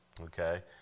okay